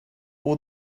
all